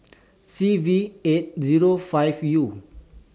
C V eight Zero five U